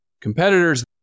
competitors